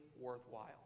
worthwhile